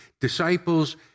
disciples